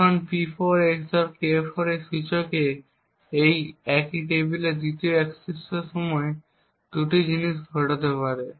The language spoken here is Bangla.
এখন P4 XOR K4 সূচকে একই টেবিলে 2য় অ্যাক্সেসের সময় 2টি জিনিস ঘটতে পারে